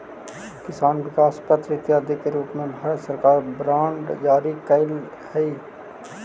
किसान विकास पत्र इत्यादि के रूप में भारत सरकार बांड जारी कैले हइ